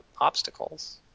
obstacles